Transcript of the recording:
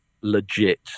legit